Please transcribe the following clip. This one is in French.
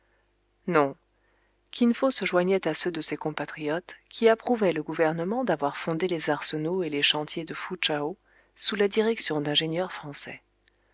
non kin fo se joignait à ceux de ses compatriotes qui approuvaient le gouvernement d'avoir fondé les arsenaux et les chantiers de fou chao sous la direction d'ingénieurs français